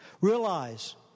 Realize